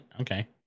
Okay